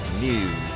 News